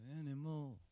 anymore